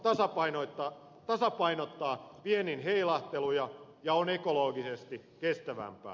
se tasapainottaa viennin heilahteluja ja on ekologisesti kestävämpää